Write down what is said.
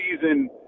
season